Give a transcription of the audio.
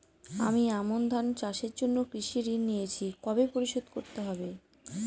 আমি আমন ধান চাষের জন্য কৃষি ঋণ নিয়েছি কবে পরিশোধ করতে হবে?